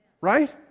Right